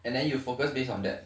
and then you focus based on that